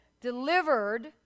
delivered